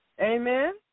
Amen